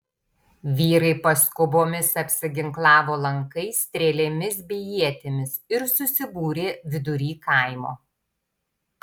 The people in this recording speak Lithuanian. vyrai paskubomis apsiginklavo lankais strėlėmis bei ietimis ir susibūrė vidury kaimo